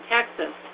Texas